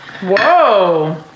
Whoa